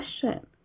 question